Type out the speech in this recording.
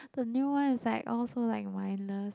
the new one is all so like mindless